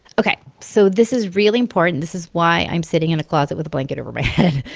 ok, so this is really important. this is why i'm sitting in a closet with a blanket over my head.